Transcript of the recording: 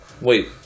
wait